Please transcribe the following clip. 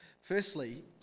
Firstly